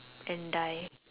and die